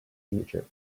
egypt